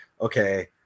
okay